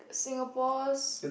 Singapore's